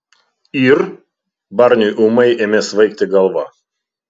ir barniui ūmai ėmė svaigti galva